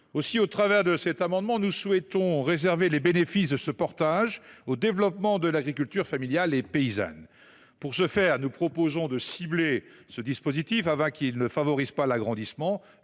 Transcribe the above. Aussi, avec cet amendement, nous souhaitons faire en sorte de réserver les bénéfices de ce portage au développement de l’agriculture familiale et paysanne. À cet effet, nous proposons de cibler ce dispositif afin qu’il ne favorise pas l’agrandissement